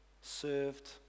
served